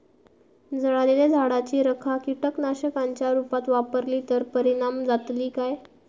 जळालेल्या झाडाची रखा कीटकनाशकांच्या रुपात वापरली तर परिणाम जातली काय?